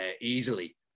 easily